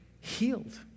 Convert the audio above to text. healed